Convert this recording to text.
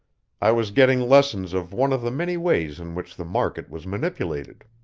i was getting lessons of one of the many ways in which the market was manipulated.